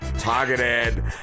targeted